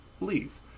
leave